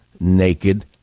naked